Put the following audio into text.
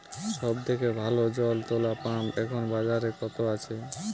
সব থেকে ভালো জল তোলা পাম্প এখন বাজারে কত আছে?